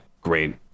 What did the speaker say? great